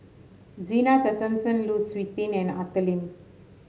Zena Tessensohn Lu Suitin and Arthur Lim